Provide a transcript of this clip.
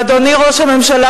ואדוני ראש הממשלה,